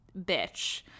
bitch